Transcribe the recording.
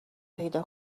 پیدا